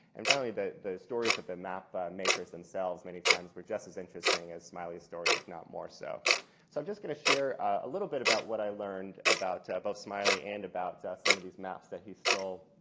and finally the the stories of the map makers themselves many times were just as interesting as smiley's story if not more so. so i'm just going to share a little bit about what i learned about both smiley and about some of these maps that he stole.